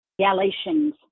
Galatians